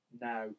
Now